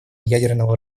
ядерного